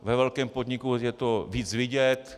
Ve velkém podniku je to víc vidět.